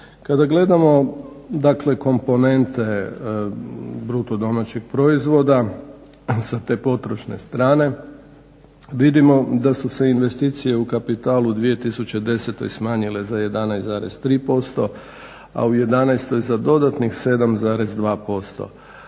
Kada gledamo, dakle komponente bruto domaćeg proizvoda sa te potrošne strane vidom da su se investicije u kapitalu u 2010. smanjile za 11,3%, a u 2011. za dodatnih 7,2%.